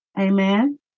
Amen